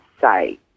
say